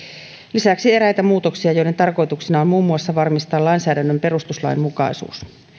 lisäksi eräitä muutoksia joiden tarkoituksena on muun muassa varmistaa lainsäädännön perustuslainmukaisuus